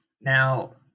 Now